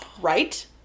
Right